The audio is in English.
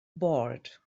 bored